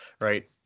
right